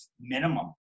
minimum